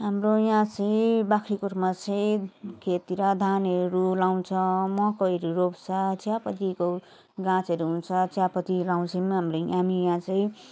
हाम्रो यहाँ चाहिँ बाख्राकोटमा चाहिँ खेततिर धानहरू लगाउँछ मकैहरू रोप्छ चियापत्तीको गाछहरू हुन्छ चियापत्ती लगाउँछौँ हामीले हामी यहाँ चाहिँ